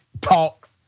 talk